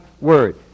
word